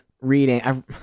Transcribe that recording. reading